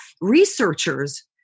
researchers